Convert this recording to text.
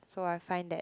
so I find that